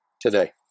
today